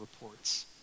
reports